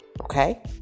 okay